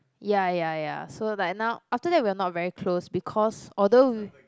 ya ya ya so like now after that we're not very close because although